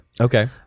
Okay